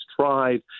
tried